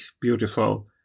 beautiful